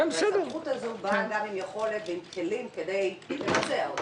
הסמכות הזאת באה גם עם יכולת ועם כלים כדי לבצע אותה.